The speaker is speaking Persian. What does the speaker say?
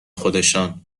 خودشان